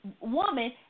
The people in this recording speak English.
woman